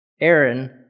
Aaron